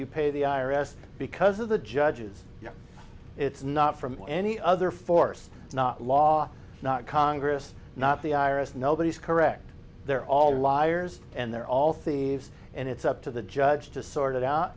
you pay the i r s because of the judges you know it's not from any other force not law not congress not the iris nobody is correct they're all liars and they're all thieves and it's up to the judge to sort it out